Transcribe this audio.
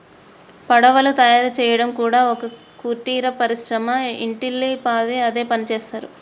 పడవలు తయారు చేయడం కూడా ఒక కుటీర పరిశ్రమ ఇంటిల్లి పాది అదే పనిచేస్తరు